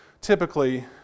typically